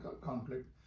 conflict